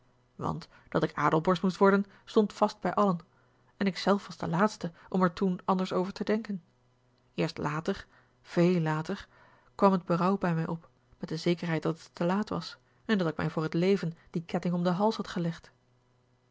want dat ik adelborst moest worden stond vast bij allen en ik zelf was de laatste om er toen anders over te denken eerst later veel later kwam het berouw bij mij op met de zekerheid dat het te laat was en dat ik mij voor het leven dien keten om den hals had gelegd